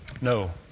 No